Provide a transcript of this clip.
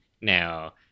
Now